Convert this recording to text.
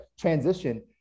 transition